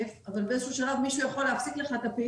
אם באוטובוס יש הגבלה על היכולת של נהג להשמיע מוסיקה שנשמעת לנוסעים,